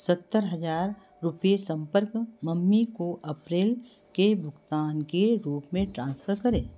सत्तर हज़ार रुपये संपर्क मम्मी को अप्रैल के भुगतान के रूप में ट्रांसफ़र करें